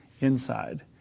inside